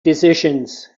decisions